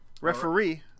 Referee